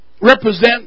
represent